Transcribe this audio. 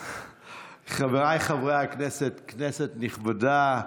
חבריי חברי הכנסת, כנסת נכבדה,